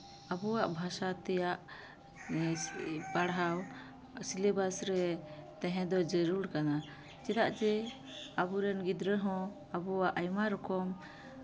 ᱟᱵᱚᱣᱟᱜ ᱵᱷᱟᱥᱟ ᱛᱮᱭᱟᱜ ᱯᱟᱲᱦᱟᱣ ᱥᱤᱞᱮᱵᱟᱥ ᱨᱮ ᱛᱟᱦᱮᱸ ᱫᱚ ᱡᱟᱹᱨᱩᱲ ᱠᱟᱱᱟ ᱪᱮᱫᱟᱜ ᱡᱮ ᱟᱵᱚᱨᱮᱱ ᱜᱤᱫᱽᱨᱟᱹ ᱦᱚᱸ ᱟᱵᱚᱣᱟᱜ ᱟᱭᱢᱟ ᱨᱚᱠᱚᱢ